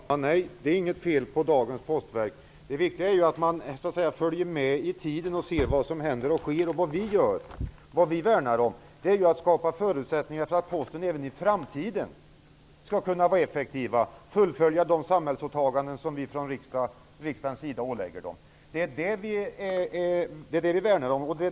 Herr talman! Nej, det är inget fel på dagens postverk. Det viktiga är att man följer med i tiden och ser vad som händer och sker. Vi vill skapa förutsättningar för att Posten även i framtiden skall kunna vara effektiv och fullfölja de samhällsåtaganden som riksdagen ålägger Posten. Det är det som vi värnar om.